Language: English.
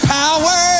power